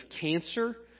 cancer